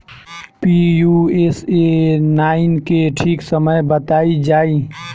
Pusa nine के ठीक समय बताई जाई?